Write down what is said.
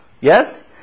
Yes